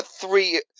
three